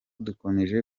dukomeje